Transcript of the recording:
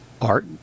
art